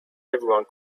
everyone